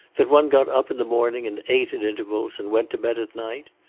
that one got up in the morning, and ate at intervals, and went to bed at night?